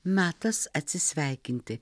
metas atsisveikinti